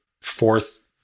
fourth